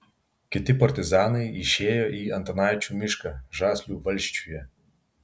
kiti partizanai išėjo į antanaičių mišką žaslių valsčiuje